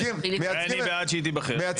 אולי אני בעד שהיא תיבחר?